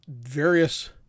various